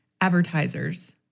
advertisers